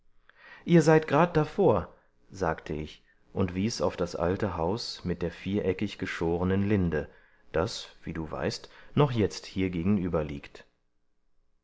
ihr seid grad davor sagte ich und wies auf das alte haus mit der viereckig geschorenen linde das wie du weißt noch jetzt hier gegenüber liegt